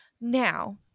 Now